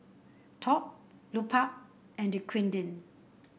Top Lupark and Dequadin